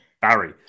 Barry